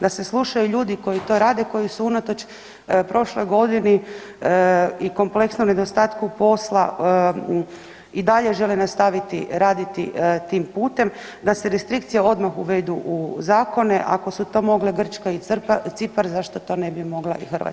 Da se slušaju ljudi koji to rade i koji su unatoč prošloj godini i kompleksnom nedostatku posla, i dalje žele nastaviti raditi tim putem, da se restrikcije odmah uvedu u zakone, ako su to mogle Grčka i Cipar, zašto to ne bi mogla i Hrvatska.